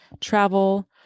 travel